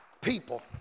People